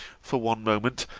for one moment,